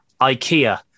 Ikea